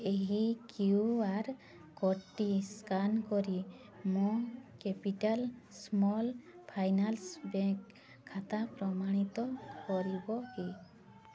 ଏହି Q R କୋଡ଼୍ଟି scan କରି ମୋ କ୍ୟାପିଟାଲ୍ ସ୍ମଲ୍ ଫାଇନାନ୍ସ୍ ବ୍ୟାଙ୍କ୍ ଖାତା ପ୍ରମାଣିତ କରିବ କି